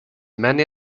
many